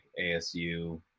ASU